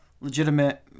legitimate